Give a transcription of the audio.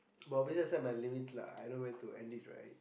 but obviously I set my limits lah I know when to end it right